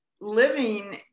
living